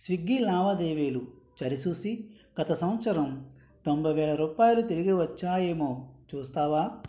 Swiggy లావాదేవీలు సరి సూసి గత సంవత్సరం తొంభై వేల రూపాయలు తిరిగి వచ్చాయేమో చూస్తావా